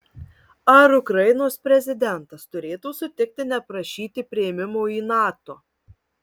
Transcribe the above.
ar ukrainos prezidentas turėtų sutikti neprašyti priėmimo į nato